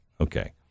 Okay